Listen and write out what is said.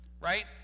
Right